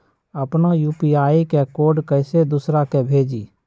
अपना यू.पी.आई के कोड कईसे दूसरा के भेजी?